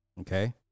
okay